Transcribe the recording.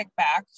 kickback